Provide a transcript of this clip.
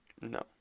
No